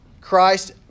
Christ